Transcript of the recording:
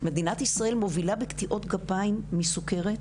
מדינת ישראל מובילה בקטיעות גפיים מסוכרת,